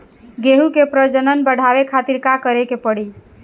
गेहूं के प्रजनन बढ़ावे खातिर का करे के पड़ी?